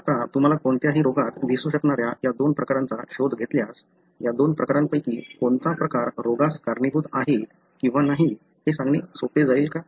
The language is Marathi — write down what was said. आता तुम्हाला कोणत्याही रोगात दिसू शकणाऱ्या या दोन प्रकारांचा शोध घेतल्यास या दोन प्रकारांपैकी कोणता प्रकार रोगास कारणीभूत आहे किंवा नाही हे सांगणे सोपे जाईल का